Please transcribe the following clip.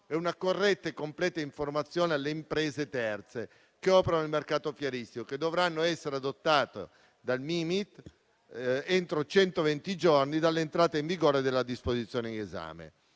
e una corretta e completa informazione alle imprese terze che operano nel mercato fieristico, che dovranno essere adottate dal Mimit entro centoventi giorni dall'entrata in vigore delle disposizione in esame.